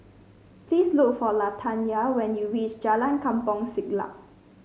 please look for Latanya when you reach Jalan Kampong Siglap